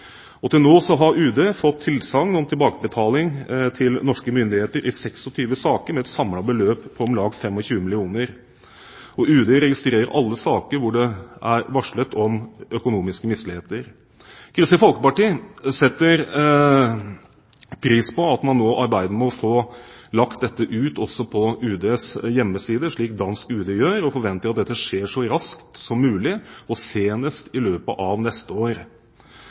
saker. Til nå har UD fått tilsagn om tilbakebetaling til norske myndigheter i 26 saker med et samlet beløp på om lag 25 mill. kr. UD registrerer alle saker hvor det er varslet om økonomiske misligheter. Kristelig Folkeparti setter pris på at man nå arbeider med å få lagt dette ut også på UDs hjemmeside, slik dansk UD gjør, og forventer at dette skjer så raskt som mulig, og senest i løpet av neste år.